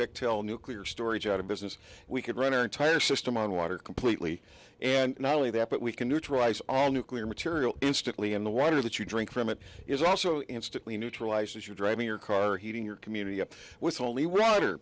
bechtel nuclear storage out of business we could run our entire system on water completely and not only that but we can neutralize all nuclear material instantly in the water that you drink from it is also instantly neutralized as you're driving your car heating your community up with holy water